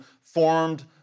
formed